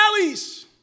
valleys